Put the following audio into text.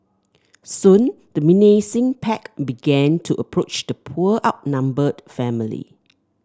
soon the menacing pack began to approach the poor outnumbered family